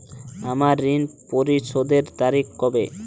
আমার ঋণ পরিশোধের তারিখ কবে?